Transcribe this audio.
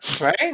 Right